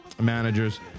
managers